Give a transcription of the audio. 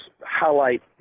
highlight